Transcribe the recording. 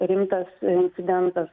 rimtas incidentas